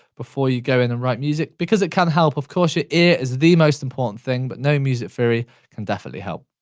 before you go in and write music, because it can kind of help. of course, your ear is the most important thing, but knowing music theory can definitely help.